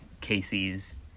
casey's